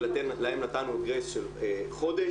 ולהם נתנו גרייס של חודש.